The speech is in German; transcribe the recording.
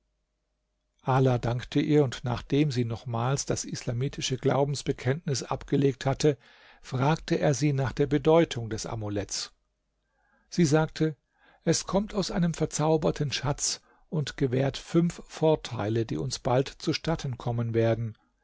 ala dankte ihr und nachdem sie nochmals das islamitische glaubensbekenntnis abgelegt hatte fragte er sie nach der bedeutung des amuletts sie sagte es kommt aus einem verzauberten schatz und gewährt fünf vorteile die uns bald zustatten kommen werden